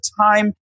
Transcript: time